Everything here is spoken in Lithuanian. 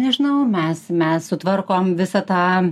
nežinau mes mes sutvarkom visą tą